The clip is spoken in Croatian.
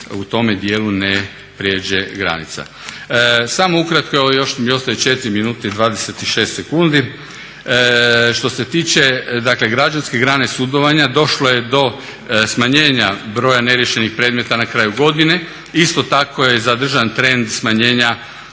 u tome dijelu ne prijeđe granica. Samo ukratko evo još mi ostaju 4 minute i 26 sekundi, što se tiče dakle građanske grane sudovanja došlo je do smanjenja broja neriješenih predmeta na kraju godine. Isto tako je zadržan trend smanjenja